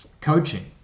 coaching